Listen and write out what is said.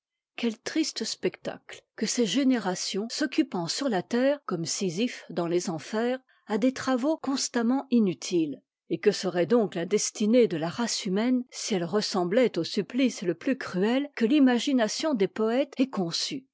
quel triste spectacle que ces générations s'occupant sur la terre comme sisyphe dans les enfers à des travaux constamment inutiles et que serait donc la destinée de la race humaine si elle ressemblait au supplice le plus cruel que l'imagination des poëtes ait conçu